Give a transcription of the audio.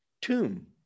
tomb